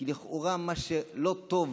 כי לכאורה, מה שלא טוב